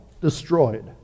destroyed